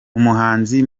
umuhanzi